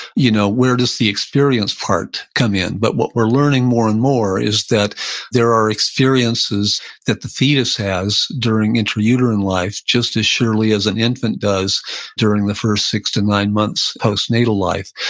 you know where does the experience part come in? but what we're learning more and more is that there are experiences that the fetus has during intrauterine life just as surely as an infant does during the first six to nine months postnatal life.